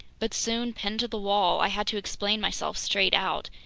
but soon, pinned to the wall, i had to explain myself straight out.